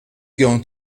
going